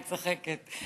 לא, אני צוחקת.